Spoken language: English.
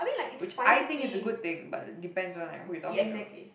which I think is a good thing but depends on like who you're talking to